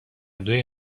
دوی